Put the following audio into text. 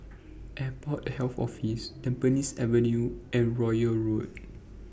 Airport Health Office Tampines Avenue and Royal Road